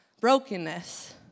brokenness